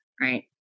Right